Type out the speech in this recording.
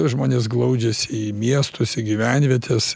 žmonės glaudžiasi į miestus į gyvenvietes